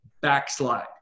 backslide